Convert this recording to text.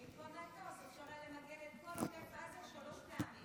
במקום מטוס אפשר היה למגן את כל עוטף עזה שלוש פעמים.